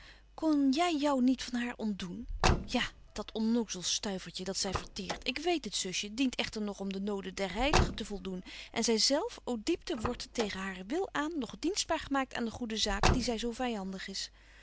kon jy jou niet van haar ontdoen ja dat onnozel stuivertje dat zy verteert ik weet het zusje dient echter nog om de noden der heiligen te voldoen en zy zelf ô diepte wordt tegen haren wil aan nog dienstbaar gemaakt aan de goede zaak die zy zo vyandig is